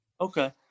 Okay